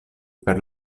per